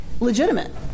legitimate